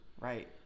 Right